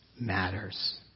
matters